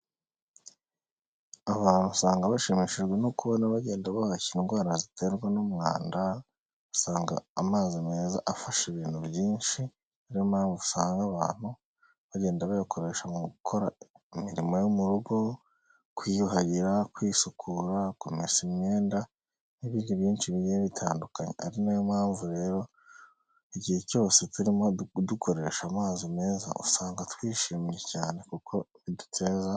Abantu usanga bashimishijwe no kubona bagenda bahashya indwara ziterwa n'umwanda, usanga amazi meza afasha ibintu byinshi, niyo mpamvu usanga abantu bagenda bayakoresha mu gukora imirimo yo mu rugo, kwiyuhagira, kwisukura, kumesa imyenda n'ibindi byinshi bigiye bitandukanye. Ari nayo mpamvu rero igihe cyose turimo dukoresha amazi meza usanga twishimye cyane kuko biduteza.